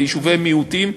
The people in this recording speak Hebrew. ביישובי מיעוטים,